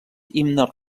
himne